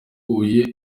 huye